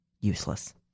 useless